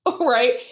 right